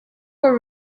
were